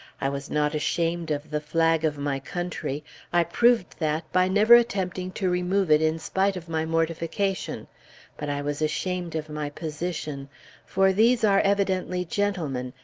i was not ashamed of the flag of my country i proved that by never attempting to remove it in spite of my mortification but i was ashamed of my position for these are evidently gentlemen,